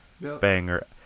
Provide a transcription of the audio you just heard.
banger